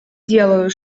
делаю